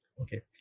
Okay